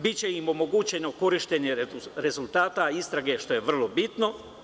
Biće im omogućeno korišćenje rezultata istrage što je vrlo bitno.